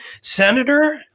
senator